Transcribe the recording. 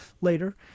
later